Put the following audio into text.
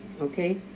Okay